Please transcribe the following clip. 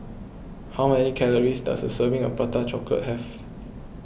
how many calories does a serving of Prata Chocolate have